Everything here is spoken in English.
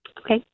okay